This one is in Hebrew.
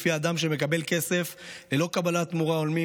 שלפיה אדם שמקבל כסף ללא קבלת תמורה הולמת,